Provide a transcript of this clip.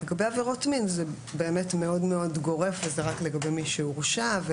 לגבי עבירות מין זה באמת מאוד גורף וזה רק לגבי מי שהורשע.